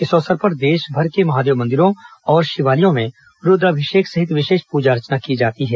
इस अवसर पर देशभर के महादेव मंदिरों और शिवालयों में रूद्राभिषेक सहित विशेष पूजा अर्चना की जाती है